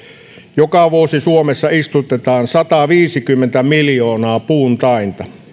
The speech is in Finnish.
joka vuosi suomessa istutetaan sataviisikymmentä miljoonaa puuntainta